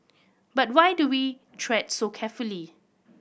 but why do we tread so carefully